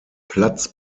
platz